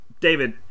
David